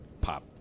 Pop